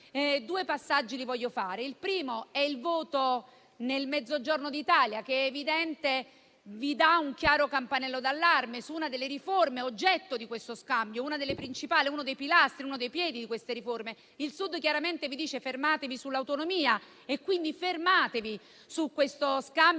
due passaggi. Il primo riguarda il voto nel Mezzogiorno d'Italia, che - è evidente - vi dà un chiaro campanello d'allarme su una delle riforme oggetto di questo scambio, una delle principali, uno dei pilastri, uno dei piedi di queste riforme. Il Sud chiaramente vi dice: fermatevi sull'autonomia, fermatevi su questo scambio